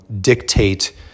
dictate